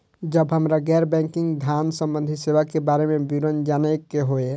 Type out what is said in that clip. जब हमरा गैर बैंकिंग धान संबंधी सेवा के बारे में विवरण जानय के होय?